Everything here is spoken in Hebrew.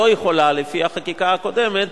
לא יכולה לפי החקיקה הקודמת,